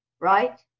right